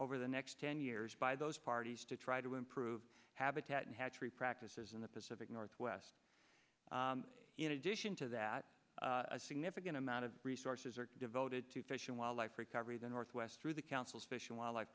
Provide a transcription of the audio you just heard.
over the next ten years by those parties to try to improve habitat and hatchery practices in the pacific northwest in addition to that a significant amount of resources are devoted to fish and wildlife recovery the northwest through the council's fish and wil